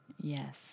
yes